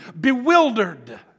bewildered